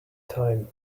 time